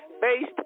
based